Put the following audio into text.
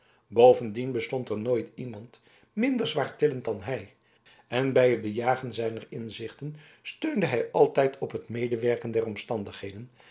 bovendien bestond er nooit iemand minder zwaartillend dan hij en bij het bejagen zijner inzichten steunde hij altijd op het medewerken der omstandigheden